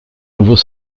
nouveaux